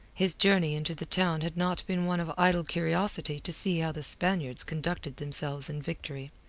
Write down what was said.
his journey into the town had not been one of idle curiosity to see how the spaniards conducted themselves in victory.